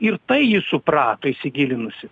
ir tai ji suprato įsigilinusi